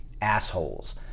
assholes